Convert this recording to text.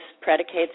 predicates